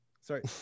Sorry